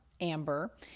Amber